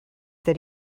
that